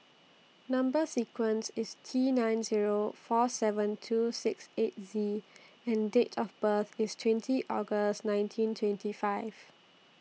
Number sequence IS T nine Zero four seven two six eight Z and Date of birth IS twenty August nineteen twenty five